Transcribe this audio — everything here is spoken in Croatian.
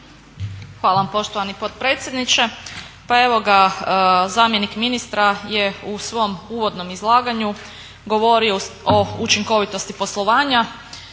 Hvala poštovani potpredsjedniče. Pa evo zamjenik ministra je u svom uvodnom izlaganju govorio o učinkovitosti poslovanja.